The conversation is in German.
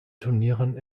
turnieren